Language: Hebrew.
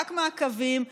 רק מעקבים,